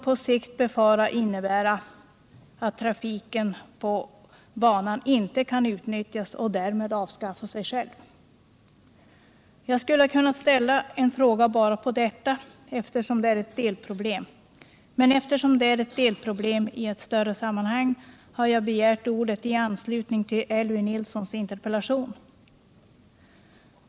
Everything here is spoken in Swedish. På sikt befaras det innebära att banan inte kan utnyttjas och att banan därmed avskaffar sig själv. Jag skulle ha kunnat ställa en fråga om bara detta, men eftersom det är ett delproblem som ingår i ett större sammanhang har jag begärt ordet i anslutning till Elvy Nilssons interpellation.